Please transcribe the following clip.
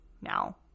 now